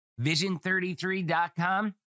vision33.com